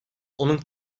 onun